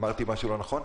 אמרתי משהו לא נכון?